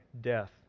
death